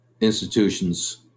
institutions